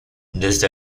desde